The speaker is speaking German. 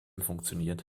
funktioniert